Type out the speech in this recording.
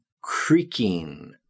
creaking